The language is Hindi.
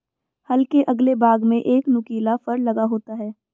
हल के अगले भाग में एक नुकीला फर लगा होता है